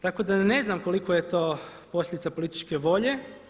Tako da ne znam koliko je to posljedica političke volje.